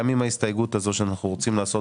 עם ההסתייגות הזאת שאנחנו רוצים לעשות